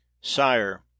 Sire